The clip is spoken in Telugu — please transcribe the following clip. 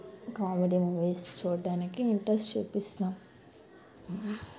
కామెడీ మూవీస్ చూడటానికి ఇంట్రెస్ట్ చూపిస్తాము